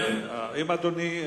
אם אדוני,